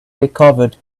recovered